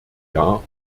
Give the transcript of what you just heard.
jahr